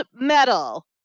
medal